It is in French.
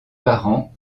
parents